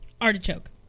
Artichoke